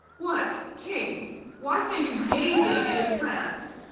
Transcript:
what kings, why stand you gazing in a trance?